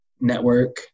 network